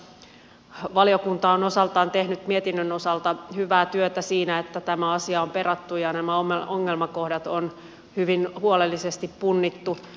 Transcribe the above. tässä valiokunta on osaltaan tehnyt mietinnön osalta hyvää työtä siinä että tämä asia on perattu ja nämä ongelmakohdat on hyvin huolellisesti punnittu